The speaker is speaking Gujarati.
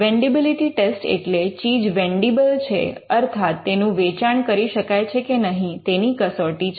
વેંડિબિલિટી ટેસ્ટ એટલે ચીજ વેંડિબલ છે અર્થાત તેનું વેચાણ કરી શકાય છે કે નહીં તેની કસોટી છે